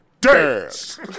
Dance